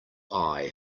eye